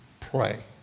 pray